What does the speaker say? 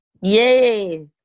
Yay